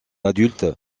adulte